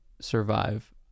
survive